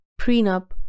prenup